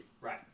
Right